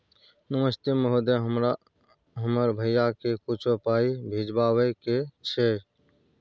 नमस्ते महोदय, हमरा हमर भैया के कुछो पाई भिजवावे के छै?